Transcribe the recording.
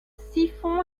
siphon